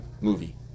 movie